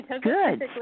Good